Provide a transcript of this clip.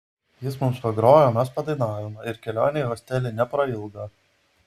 jis mums pagrojo mes padainavome ir kelionė į hostelį neprailgo